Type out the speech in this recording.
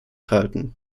halten